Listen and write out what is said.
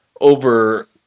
over